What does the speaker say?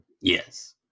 Yes